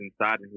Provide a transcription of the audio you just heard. inside